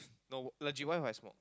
no legit what If I smoke